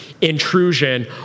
intrusion